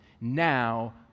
now